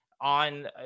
on